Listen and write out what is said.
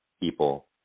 people